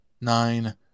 nine